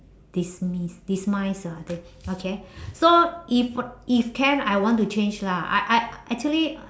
dismiss demise ah okay so if if can I want to change lah I I a~ actually I I